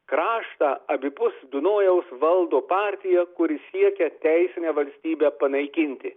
kraštą abipus dunojaus valdo partija kuri siekia teisinę valstybę panaikinti